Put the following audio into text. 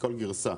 כל גרסה.